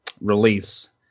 release